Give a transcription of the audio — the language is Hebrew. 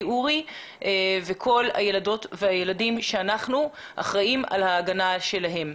אורי וכלפי כל הילדים והילדות שאנחנו אחראים על ההגנה עליהם.